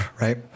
right